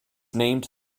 named